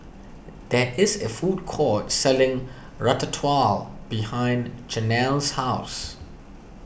there is a food court selling Ratatouille behind Jenelle's house